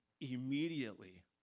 immediately